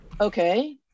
Okay